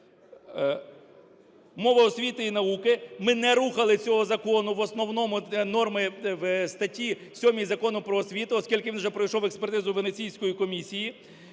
Мова освіти й науки. Ми не рухали цього закону, в основному норми в статті 7 Закону "Про освіту", оскільки він вже пройшов експертизу Венеційської комісії,